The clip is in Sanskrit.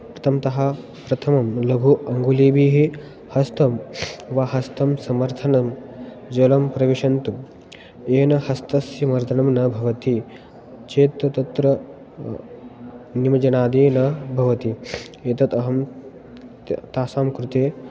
प्रथमतः प्रथमं लघु अङ्गुलीभिः हस्तं वा हस्तं समर्थनं जलं प्रविशन्तु येन हस्तस्य मर्दनं न भवति चेत् तत्र निमज्जनादि न भवति एतत् अहं तासां कृते